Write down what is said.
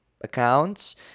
accounts